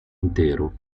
intero